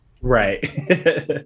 right